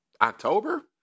October